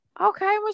Okay